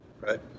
right